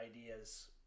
ideas